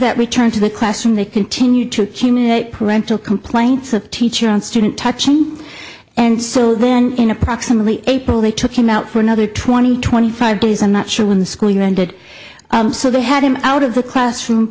that return to the classroom they continued to accumulate parental complaints of teacher and student touching and so then in approximately april they took him out for another twenty twenty five days i'm not sure when the school year ended so they had him out of the classroom